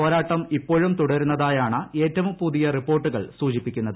പോരാട്ടം ഇപ്പോഴും തുടരുന്നതായാണ് ഏറ്റവും ഹൃത്രിയു റിപ്പോർട്ടുകൾ സൂചിപ്പിക്കുന്നത്